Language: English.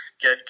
get